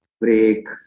break